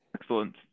Excellent